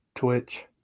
twitch